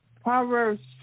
Proverbs